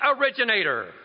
originator